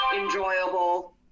enjoyable